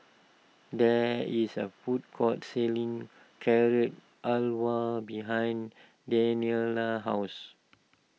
there is a food court selling Carrot Halwa behind Daniela's house